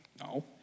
no